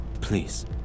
please